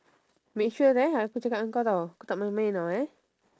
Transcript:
make sure eh aku cakap ngan kau tau aku tak main-main eh